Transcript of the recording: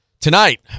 Tonight